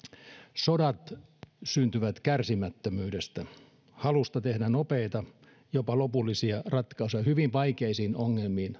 sodat syntyvät kärsimättömyydestä halusta tehdä nopeita jopa lopullisia ratkaisuja hyvin vaikeisiin ongelmiin